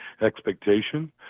expectation